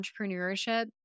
entrepreneurship